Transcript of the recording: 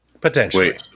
Potentially